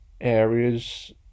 areas